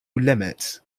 limits